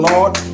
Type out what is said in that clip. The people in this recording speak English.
Lord